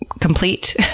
complete